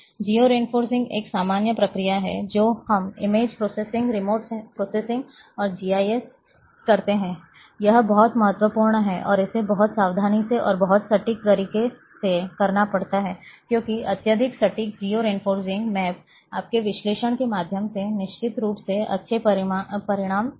जियो referencing एक सामान्य प्रक्रिया है जो हम इमेज प्रोसेसिंग रिमोट प्रोसेसिंग और जीआईएस करते हैं यह बहुत महत्वपूर्ण है और इसे बहुत सावधानी से और बहुत सटीक तरीके से करना पड़ता है क्योंकि अत्यधिक सटीक जियो रेफरेंसिंग मैप आपके विश्लेषण के माध्यम से निश्चित रूप से अच्छे परिणाम देंगे